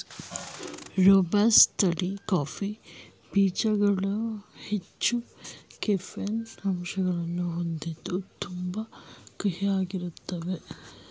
robusta ತಳಿ coffee ಬೀಜ್ಗಳು ಹೆಚ್ಚು ಕೆಫೀನ್ ಅಂಶನ ಹೊಂದಿದ್ದು ತುಂಬಾ ಕಹಿಯಾಗಿರ್ತಾವೇ